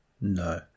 No